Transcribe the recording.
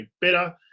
better